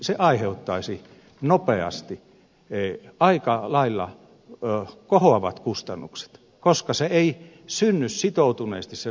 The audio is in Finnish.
se aiheuttaisi nopeasti aika lailla kohoavat kustannukset koska se ratkaisu ei synny sitoutuneesti